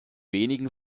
wenigen